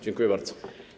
Dziękuję bardzo.